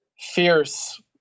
fierce